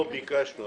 לא ביקשנו ,